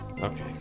Okay